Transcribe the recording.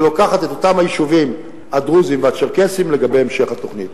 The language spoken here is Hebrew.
שלוקחת את אותם היישובים הדרוזיים והצ'רקסיים להמשך התוכנית.